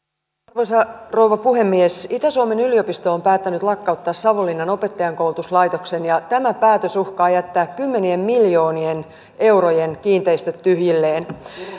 arvoisa rouva puhemies itä suomen yliopisto on päättänyt lakkauttaa savonlinnan opettajankoulutuslaitoksen ja tämä päätös uhkaa jättää kymmenien miljoonien eurojen kiinteistöt tyhjilleen